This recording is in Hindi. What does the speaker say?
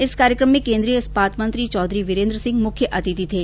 इस कार्यक्रम में केन्द्रीय स्पात मंत्री चौधरी वीरेन्द्र सिंह के मुख्य आतिथ्य थे